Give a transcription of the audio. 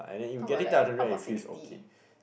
how about like how about sixty